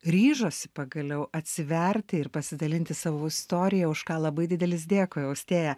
ryžosi pagaliau atsiverti ir pasidalinti savo istorija už ką labai didelis dėkui austėja